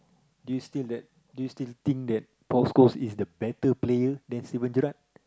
do you still that do you still think that Paul-Coles is the better player than Steven-Gerrard